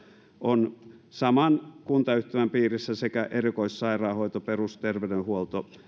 on saman kuntayhtymän piirissä sekä erikoissairaanhoito perusterveydenhuolto